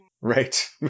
Right